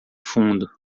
fundo